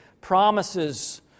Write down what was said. promises